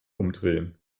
umdrehen